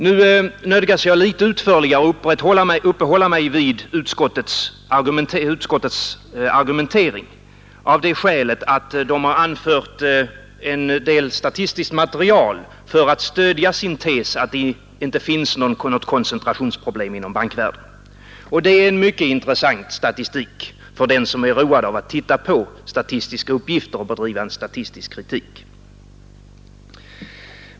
Nu nödgas jag litet utförligare uppehålla mig vid utskottets argumentering, av det skälet att man har anfört en del statistiskt material för att stödja sin tes att det inte finns något koncentrationsproblem inom bankvärlden. Det är en mycket intressant statistik för den som är road av att titta på statistiska uppgifter och bedriva en statistisk kritik.